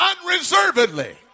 unreservedly